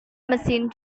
mesin